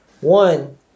one